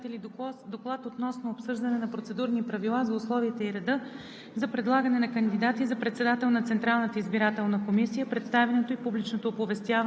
Благодаря, уважаеми господин Председател. Уважаеми дами и господа народни представители! „ДОКЛАД относно обсъждане на Процедурни правила за условията и реда